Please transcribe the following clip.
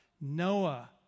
Noah